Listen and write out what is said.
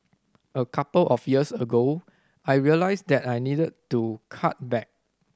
a couple of years ago I realised that I needed to cut back